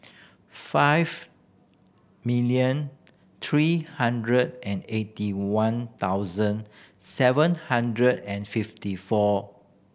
five million three hundred and eighty one thousand seven hundred and fifty four